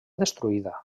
destruïda